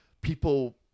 people